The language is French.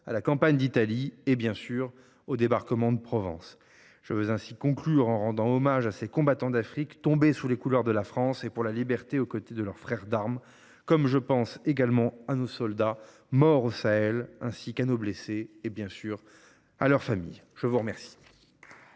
à la campagne d’Italie et, bien sûr, au débarquement de Provence. Je veux ainsi conclure en rendant hommage à ces combattants d’Afrique tombés sous les couleurs de la France et pour la liberté aux côtés de leurs frères d’armes. Je pense également à nos soldats morts au Sahel, ainsi qu’à nos blessés et à leurs familles. La parole